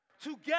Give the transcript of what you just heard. Together